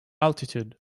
altitude